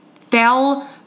fell